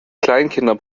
kleinkinder